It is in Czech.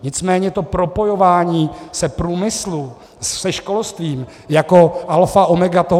Nicméně to propojování průmyslu se školstvím jako alfa omega toho...